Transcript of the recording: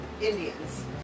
Indians